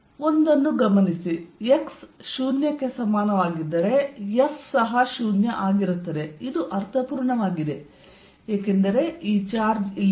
F14π0Qqx2a2432 ಒಂದನ್ನು ಗಮನಿಸಿ x 0 ಆಗಿದ್ದರೆ F 0 ಅದು ಅರ್ಥಪೂರ್ಣವಾಗಿದೆ ಏಕೆಂದರೆ ಈ ಚಾರ್ಜ್ ಇಲ್ಲಿದೆ